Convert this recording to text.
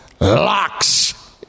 locks